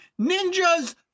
ninjas